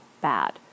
bad